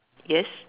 yes